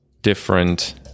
different